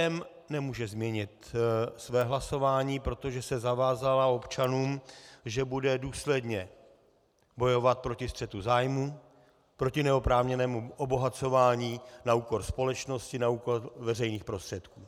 KSČM nemůže změnit své hlasování, protože se zavázala občanům, že bude důsledně bojovat proti střetu zájmů, proti neoprávněnému obohacování na úkor společnosti, na úkor veřejných prostředků.